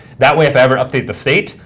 that way, if ever update the state,